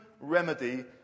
remedy